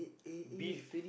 beef